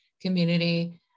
community